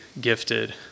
gifted